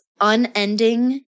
unending